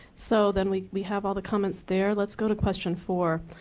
so then we we have all the comments there. let's go to question four.